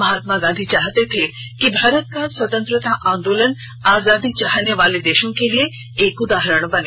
महात्मा गांधी चाहते थे कि भारत का स्वतंत्रता आंदोलन आजादी चाहने वाले देशों के लिए एक उदाहरण बने